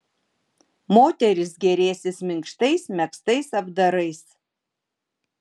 moterys gėrėsis minkštais megztais apdarais